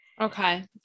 Okay